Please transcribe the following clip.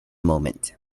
moment